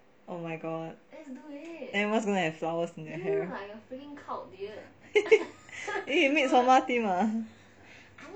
oh my god everyone is going to have flowers in their hair then you make midsommar theme ah